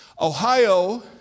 Ohio